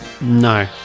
no